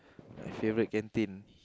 my favourite canteen